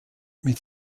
mit